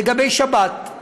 לגבי שבת.